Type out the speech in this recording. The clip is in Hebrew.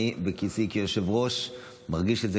אני בכיסאי כיושב-ראש מרגיש את זה.